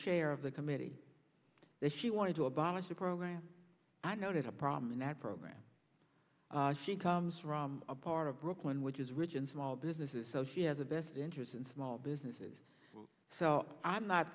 chair of the committee that she wanted to abolish the program i noted a problem in that program she comes from a part of brooklyn which is rich in small businesses so she has a vested interest in small businesses so i'm not